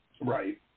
Right